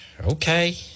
okay